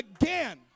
again